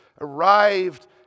arrived